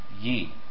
ye